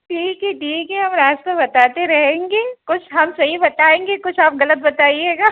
ठीक है ठीक है हम रास्ता बताते रहेंगे कुछ हम सही बताएंगे कुछ आप ग़लत बताइएगा